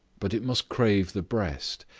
but it must crave the breast,